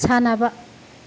ꯁꯥꯟꯅꯕ